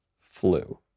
flu